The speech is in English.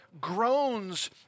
groans